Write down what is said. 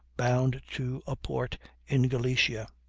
bound to a port in galicia.